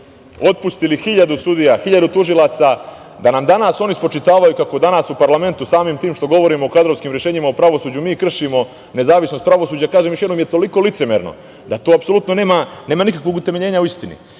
da nam danas oni spočitavaju kako danas u parlamentu, samim tim što govorimo o kadrovskim rešenjima u pravosuđu, mi kršimo nezavisnost pravosuđa. To je, kažem još jednom, toliko licemerno, da to apsolutno nema nikakvog utemeljenja u istini.